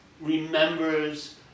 remembers